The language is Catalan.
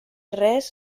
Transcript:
res